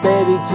Baby